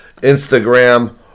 Instagram